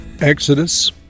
Exodus